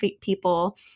people